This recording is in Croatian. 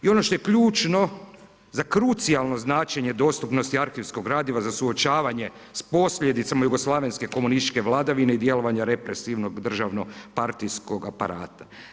I ono što je ključno za krucijalno značenje dostupnosti arhivskog gradiva za suočavanje sa posljedicama jugoslavenske komunističke vladavine i djelovanja represivnog državno partijskog aparata.